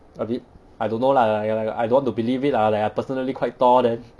a bit I don't know lah ya like I don't want to believe it lah like I personally quite tall then